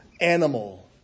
animal